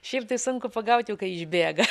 šiaip tai sunku pagaut jau kai išbėga